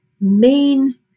main